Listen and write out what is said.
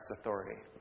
authority